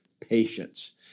patience